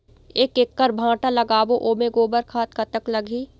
एक एकड़ भांटा लगाबो ओमे गोबर खाद कतक लगही?